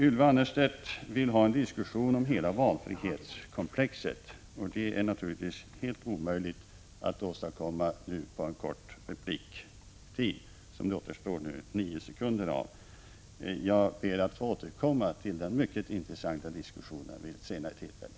Ylva Annerstedt vill ha en diskussion om hela valfrihetskomplexet. Det är naturligtvis omöjligt att åstadkomma under en kort repliktid, som det nu återstår nio sekunder av. Jag ber att få återkomma till den mycket intressanta diskussionen vid ett senare tillfälle.